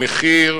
המחיר,